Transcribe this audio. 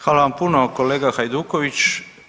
Hvala vam puno kolega Hajduković.